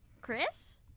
Chris